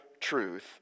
truth